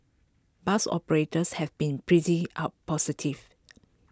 bus operators have been pretty out positive